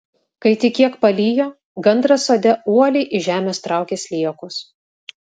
kai tik kiek palijo gandras sode uoliai iš žemės traukė sliekus